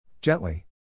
Gently